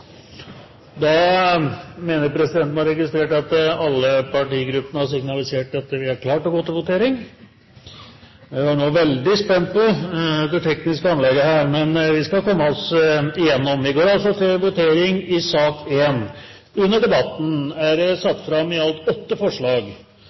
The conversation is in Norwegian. Da mener presidenten å ha registrert at alle partigruppene har signalisert at de er klare til å gå til votering. Vi er nå veldig spente på det tekniske anlegget her, men vi skal komme oss igjennom. Under debatten er det